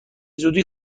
زودی